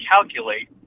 calculate